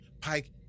Pike